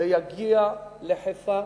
זה יגיע לחיפה,